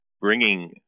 bringing